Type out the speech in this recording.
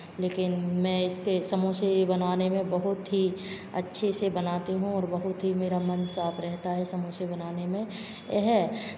लेकिन मैं इसे समोसे बनाने में बहुत ही अच्छी से बनाती हूँ और बहुत ही मेरा मन साफ रहता है समोसे बनाने में ये है